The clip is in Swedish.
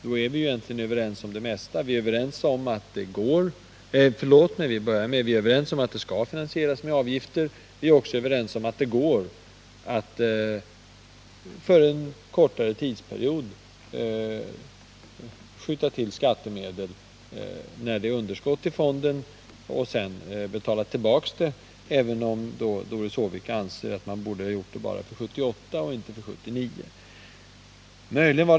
Då är vi egentligen överens om det mesta. Vi är överens om att det skall finansieras med avgifter, och vi är också överens om att det går att för en kortare tidsperiod skjuta till skattemedel, när det är underskott i fonden, för att sedan betala tillbaka pengarna, även om Doris Håvik anser att man borde ha gjort detta bara för 1978 och inte för 1979.